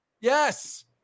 Yes